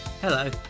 Hello